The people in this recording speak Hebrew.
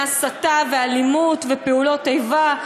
ופעולות איבה.